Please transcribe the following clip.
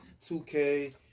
2K